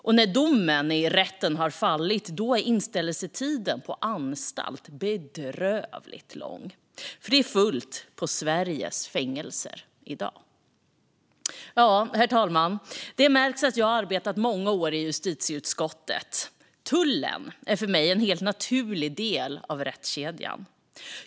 Och när domen i rätten har fallit är inställelsetiden på anstalt bedrövligt lång, för det är fullt på Sveriges fängelser i dag. Herr talman! Det märks att jag har arbetat många år i justitieutskottet. Tullen är för mig en helt naturlig del av rättskedjan.